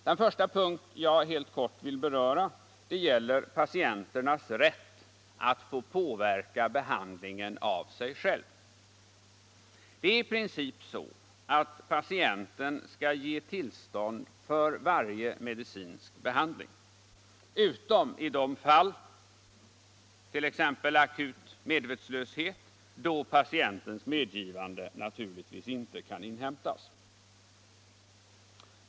Den första punkt jag helt kort vill beröra gäller patienternas rätt att påverka behandlingen av sig själva. I princip skall patienten ge tillstånd till varje medicinsk behandling utom i de fall, t.ex. vid akut medvetslöshet, då patientens medgivande inte kan inhämtas.